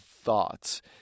thoughts